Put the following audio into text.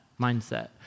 mindset